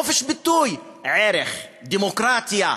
חופש ביטוי, ערך, דמוקרטיה,